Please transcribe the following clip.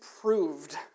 proved